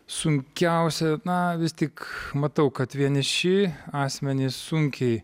sunkiausia na vis tik matau kad vieniši asmenys sunkiai